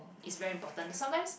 is very important sometimes